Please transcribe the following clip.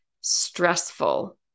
stressful